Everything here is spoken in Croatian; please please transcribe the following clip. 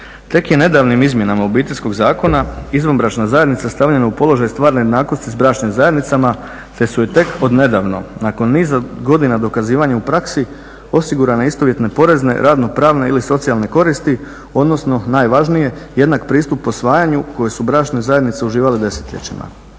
Tek je nedavnih izmjenama Obiteljskog zakona izvanbračna zajednica stavljena u položaj stvarne jednakosti s bračnim zajednicama te su tek odnedavno, nakon niza godina dokazivanja u praksi, osigurane istovjetne porezne, radno-pravne ili socijalne koristi odnosno najvažnije, jednak pristup posvajanju koji su bračne zajednice uživale desetljećima.